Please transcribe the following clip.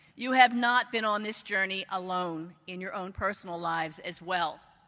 you have not been on this journey alone in your own personal lives as well.